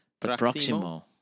próximo